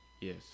Yes